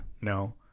No